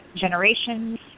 generations